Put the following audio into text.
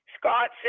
Scott